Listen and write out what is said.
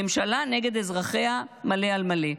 ממשלה נגד אזרחיה מלא על מלא.